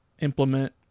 implement